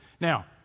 Now